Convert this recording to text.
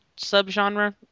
subgenre